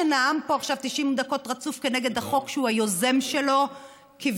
שנאם פה עכשיו 90 דקות רצוף כנגד החוק שהוא היוזם שלו כביכול,